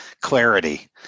clarity